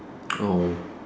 oh